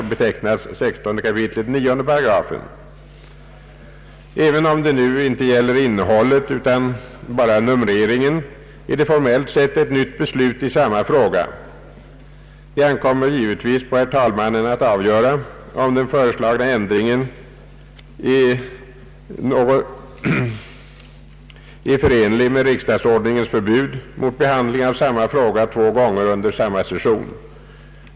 och betecknas 16 kap. 9 8. även om det nu inte gäller innehållet utan bara numreringen, är det formellt sett ett nytt beslut i samma fråga. Det ankommer givetvis på herr talmannen att avgöra, om den föreslagna ändringen är förenlig med riksdagsordningens förbud mot behandling av samma fråga två gånger under samma session.